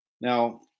Now